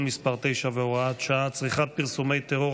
מס' 9 והוראת שעה) (צריכת פרסומי טרור),